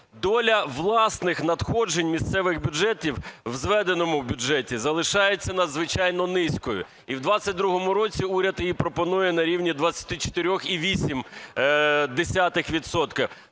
Доля власних надходжень місцевих бюджетів в зведеному бюджеті залишається надзвичайно низькою, і в 22-му році уряд і пропонує на рівні 24,8